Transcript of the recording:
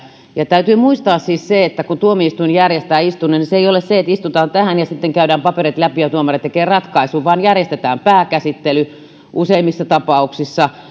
täytyy muistaa siis se että kun tuomioistuin järjestää istunnon niin siinä ei ole vain se että istutaan ja sitten käydään paperit läpi ja tuomari tekee ratkaisun vaan järjestetään pääkäsittely useimmissa tapauksissa